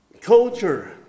culture